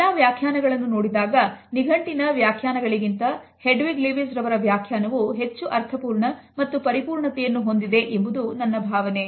ಈ ಎಲ್ಲಾ ವ್ಯಾಖ್ಯಾನಗಳನ್ನು ನೋಡಿದಾಗ ನಿಘಂಟಿನ ವ್ಯಾಖ್ಯಾನಗಳಿಗಿಂತ ಹೆಡ್ವಿಗ್ ಲಿವೆಸ್ ರವರ ವ್ಯಾಖ್ಯಾನವು ಹೆಚ್ಚು ಅರ್ಥಪೂರ್ಣ ಮತ್ತು ಪರಿಪೂರ್ಣತೆಯನ್ನು ಹೊಂದಿದೆ ಎಂಬುದು ನನ್ನ ಭಾವನೆ